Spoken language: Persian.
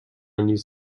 نیز